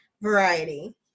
variety